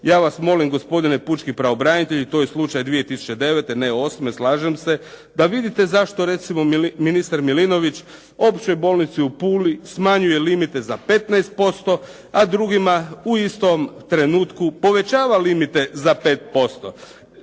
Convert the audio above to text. ja vas molim gospodine Pučki pravobranitelju, to je slučaj 2009., ne 2008., slažem se, da vidite zašto recimo ministar Milinović općoj bolnici u Puli smanjuje limite za 15%, a drugima u istom trenutku povećava limite za 5%.